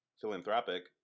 philanthropic